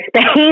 space